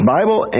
Bible